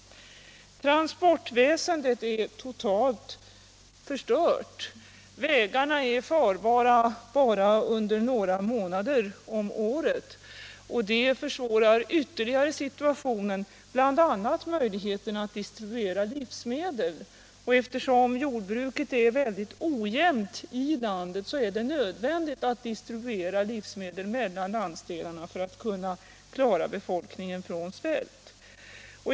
Transportväsendet är totalt förstört. Vägarna är farbara endast under några månader om året, och det försvårar ytterligare situationen, bl.a. möjligheterna att distribuera livsmedel. Eftersom jordbruket är mycket ojämnt i landet är det nödvändigt att distribuera livsmedel mellan landsdelarna för att kunna klara befolkningen från svält.